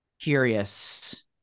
Curious